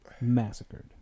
massacred